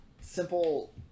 Simple